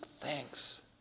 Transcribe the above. thanks